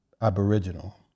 Aboriginal